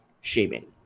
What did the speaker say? shaming